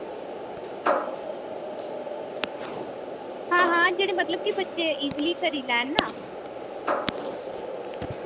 हां हां जेह्ड़े मतलब कि बच्चे इजिली करी लैन ना